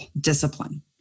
discipline